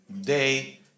day